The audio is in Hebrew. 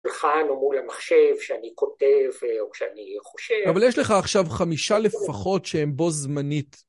לכאן או מול המחשב שאני כותב או שאני חושב. אבל יש לך עכשיו חמישה לפחות שהן בו זמנית.